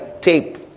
tape